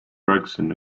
gregson